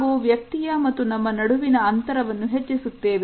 ಹಾಗೂ ವ್ಯಕ್ತಿಯ ಮತ್ತು ನಮ್ಮ ನಡುವಿನ ಅಂತರವನ್ನು ಹೆಚ್ಚಿಸುತ್ತೇವೆ